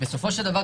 בסופו של דבר,